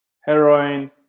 heroin